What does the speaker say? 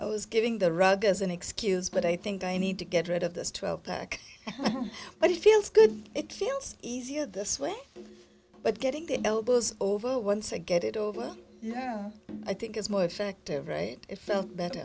i was giving the rug as an excuse but i think i need to get rid of this twelve pack but it feels good it feels easier this way but getting the elbows over once i get it over i think is more effective right it felt better